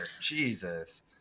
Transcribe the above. jesus